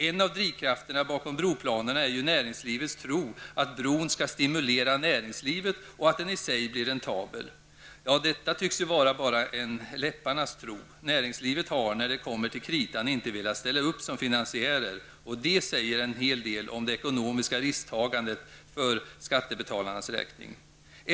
En av drivkrafterna bakom broplanerna är ju näringslivets tro att bron skall stimulera näringslivet och att den i sig blir räntabel. Ja, detta tycks ju vara en läpparnas tro. Näringslivet har, när det kommer till kritan, inte velat ställa upp som finansiär -- det säger åter en hel del om det ekonomiska risktagandet för skattebetalarnas räkning.